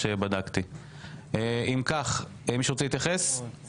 אלו